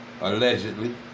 allegedly